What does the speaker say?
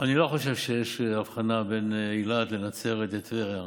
אני לא חושב שיש הבחנה בין אילת לנצרת ולטבריה.